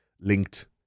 linked